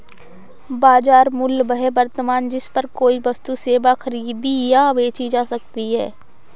बाजार मूल्य वह वर्तमान जिस पर कोई वस्तु सेवा खरीदी या बेची जा सकती है